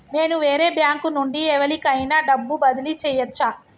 నేను వేరే బ్యాంకు నుండి ఎవలికైనా డబ్బు బదిలీ చేయచ్చా?